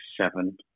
seven